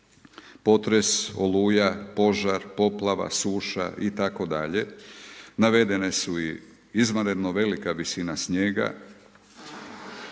potres, oluja, požar, poplava, suša itd., navedeno su i izvanredno velika visina snijega,